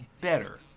better